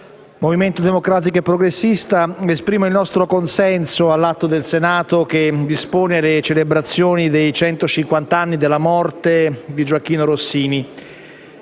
1-Movimento Democratico e Progressista esprimo il nostro consenso all'atto del Senato che dispone le celebrazioni dei centocinquant'anni dalla morte di Gioachino Rossini